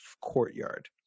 courtyard